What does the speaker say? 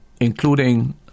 including